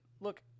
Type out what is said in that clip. look